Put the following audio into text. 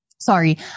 sorry